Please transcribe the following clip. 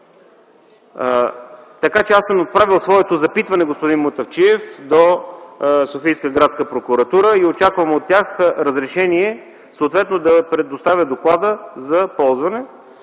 Така че аз съм направил своето запитване, господин Мутафчиев, до Софийска градска прокуратура и очаквам от тях разрешение съответно да предоставя доклада за ползване.